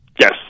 Yes